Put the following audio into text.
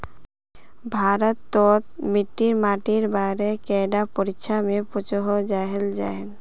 भारत तोत मिट्टी माटिर बारे कैडा परीक्षा में पुछोहो जाहा जाहा?